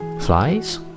Flies